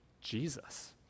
Jesus